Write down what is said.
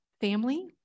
family